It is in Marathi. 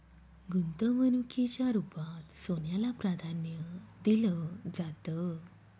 गुंतवणुकीच्या रुपात सोन्याला प्राधान्य दिलं जातं